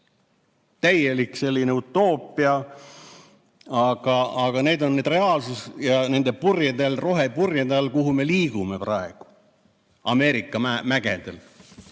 Täielik selline utoopia! Aga see on reaalsus ja nende purjede all, rohepurjede all me liigume praegu Ameerika mägedel.